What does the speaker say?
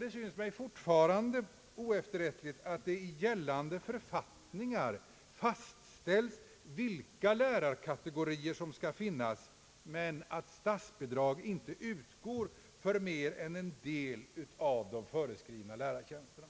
Det syns mig fortfarande oefterrättligt att det i gällande författningar fastställts vilka lärarkategorier som skall finnas men att statsbidrag inte utgår för mer än en del av de föreskrivna lärartjänsterna.